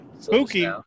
Spooky